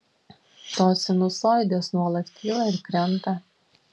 tos sinusoidės nuolat kyla ir krenta